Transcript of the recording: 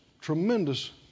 tremendous